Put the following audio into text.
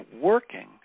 working